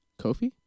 Kofi